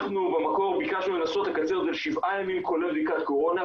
אנחנו במקור ביקשנו לנסות לקצר את זה לשבעה ימים כולל בדיקת קורונה,